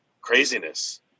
craziness